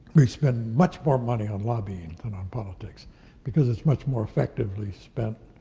we spend much more money on lobbying than on politics because it's much more effectively spent